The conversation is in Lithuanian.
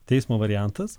teismo variantas